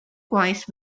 gwaith